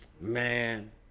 Man